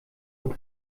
und